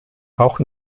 auch